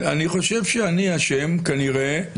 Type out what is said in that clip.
אני חושב שאני אשם כנראה,